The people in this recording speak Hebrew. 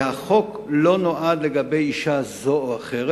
והחוק לא נועד לעניין אשה זו או אחרת.